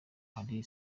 ahari